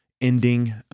ending